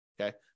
okay